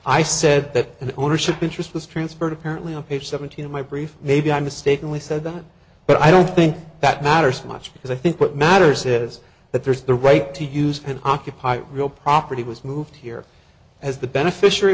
i said that an ownership interest was transferred apparently on page seventeen my brief maybe i mistakenly said that but i don't think that matters much because i think what matters is that there's the right to use and occupy real property was moved here as the beneficiary